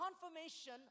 confirmation